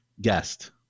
guest